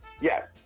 Yes